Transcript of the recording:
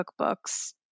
cookbooks